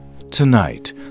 Tonight